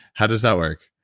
how does that work?